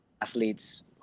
athletes